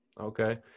Okay